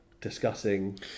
discussing